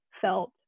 felt